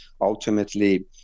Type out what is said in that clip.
ultimately